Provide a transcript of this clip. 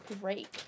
great